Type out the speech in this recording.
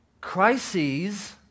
crises